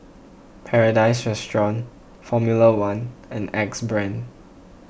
Paradise Restaurant formula one and Axe Brand